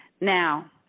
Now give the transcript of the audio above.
Now